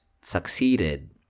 succeeded